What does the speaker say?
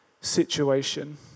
situation